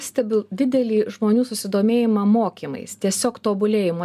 stebiu didelį žmonių susidomėjimą mokymais tiesiog tobulėjimą